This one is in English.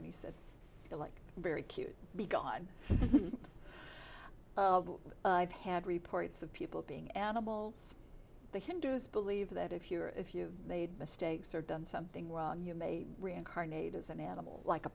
and he said like very cute begone i've had reports of people being animals the hindus believe that if you are if you've made mistakes or done something wrong you may reincarnate as an animal like a